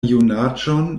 junaĝon